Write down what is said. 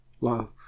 love